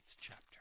chapter